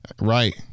Right